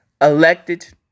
elected